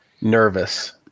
nervous